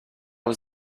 was